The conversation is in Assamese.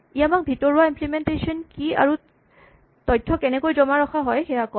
ই আমাক ভিতৰোৱা ইম্লিমেন্টেচন কি আৰু তথ্য কেনেকৈ জমা ৰখা হয় সেয়া কয়